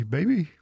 Baby